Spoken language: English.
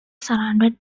surrounded